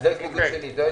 הסתייגויות?